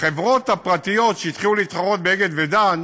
החברות הפרטיות שהתחילו להתחרות ב"אגד" ו"דן"